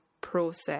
process